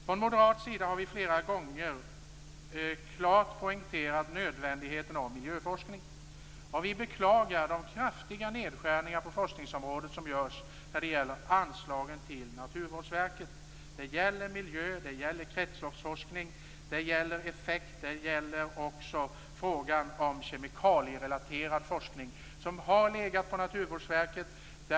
Från moderat sida har vi flera gånger klart poängterat nödvändigheten av miljöforskning. Vi beklagar de kraftiga nedskärningar på forskningsområdet som görs när det gäller anslagen till Naturvårdsverket. Det gäller miljö, det gäller kretsloppsforskning, det gäller effekt och det gäller också frågan om kemikalierelaterad forskning, som har legat på Naturvårdsverket.